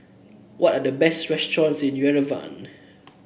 what are the best restaurants in Yerevan